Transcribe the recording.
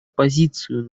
позицию